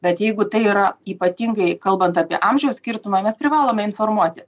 bet jeigu tai yra ypatingai kalbant apie amžiaus skirtumą mes privalome informuoti